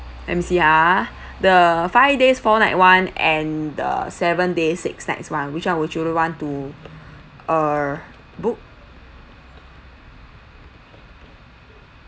let me see ah the five days four nights [one] and the seven days six nights [one] which [one] would you would want to err book